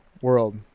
world